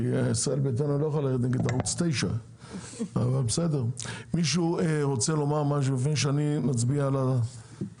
כי ישראל ביתנו לא יכולה ללכת נגד ערוץ 9. מישהו רוצה לומר משהו לפני שאני מצביע על החוק?